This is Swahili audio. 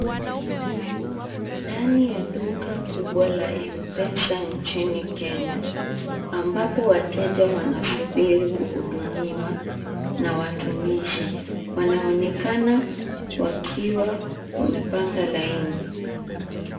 Ndani ya duka kubwa la M-pesa nchini Kenya, ambapo wateja wanasubiri kuhudumiwa na watumishi. Wanaonekana wakiwa wamepanga laini.